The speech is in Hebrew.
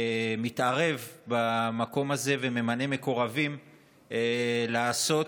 מתערב במקום הזה וממנה מקורבים לעשות